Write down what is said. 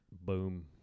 Boom